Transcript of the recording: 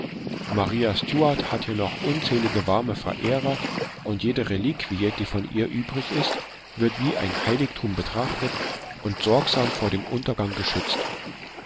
maria stuart hat hier noch unzählige warme verehrer und jede reliquie die von ihr übrig ist wird wie ein heiligtum betrachtet und sorgsam vor dem untergang geschützt